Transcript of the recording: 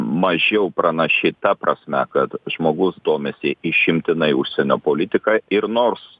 mažiau pranaši ta prasme kad žmogus domisi išimtinai užsienio politika ir nors